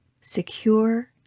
secure